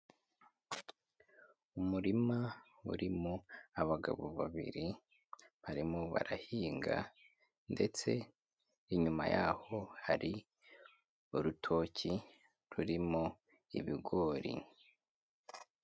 Umurima urimo abagabo babiri barimo barahinga ndetse inyuma yaho hari urutoki rurimo ibigori.